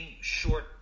short